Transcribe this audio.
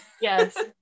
Yes